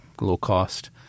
low-cost